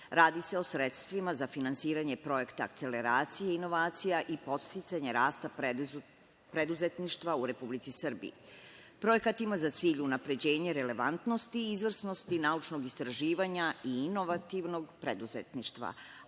radi se o sredstvima za finansiranje projekta akceleracije, inovacija i podsticanje rasta preduzetništva u Republici Srbiji. Projekat ima za cilj unapređenje relevantnosti i izvrsnosti naučnog istraživanja i inovativnog preduzetništva,